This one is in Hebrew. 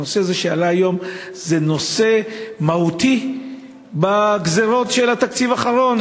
הנושא הזה שעלה היום זה נושא מהותי בגזירות של התקציב האחרון,